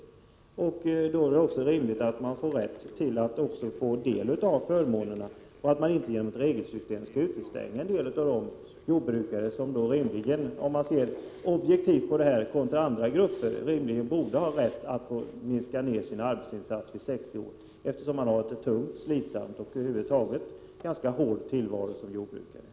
1987/88:123 människor också får del av förmånerna, att inte regelsystemet utestängeren 19 maj 1988 del av de jordbrukare som rimligen — sett i relation till andra grupper — borde ha rätt att minska sin arbetsinsats vid 60 år, eftersom de ofta haft en tung och slitsam tillvaro som jordbrukare.